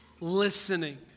listening